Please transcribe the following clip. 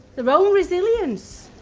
their own resilience,